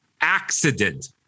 accident